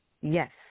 Yes